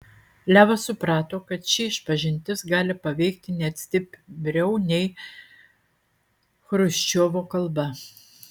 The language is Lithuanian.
levas suprato kad ši išpažintis gali paveikti net stipriau nei chruščiovo kalba